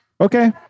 Okay